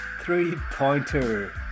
Three-pointer